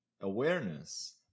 awareness